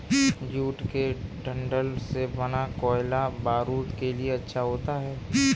jute के डंठल से बना कोयला बारूद के लिए अच्छा होता है